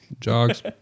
Jogs